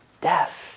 death